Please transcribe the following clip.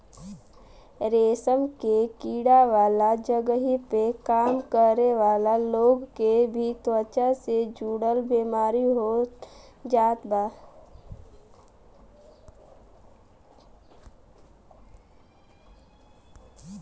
रेशम के कीड़ा वाला जगही पे काम करे वाला लोग के भी त्वचा से जुड़ल बेमारी हो जात बा